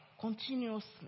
continuously